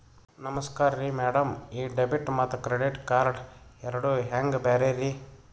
ನಮಸ್ಕಾರ್ರಿ ಮ್ಯಾಡಂ ಈ ಡೆಬಿಟ ಮತ್ತ ಕ್ರೆಡಿಟ್ ಕಾರ್ಡ್ ಎರಡೂ ಹೆಂಗ ಬ್ಯಾರೆ ರಿ?